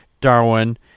Darwin